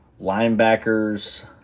linebackers